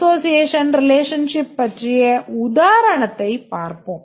Association relationship பற்றிய உதாரணத்தைப் பார்ப்போம்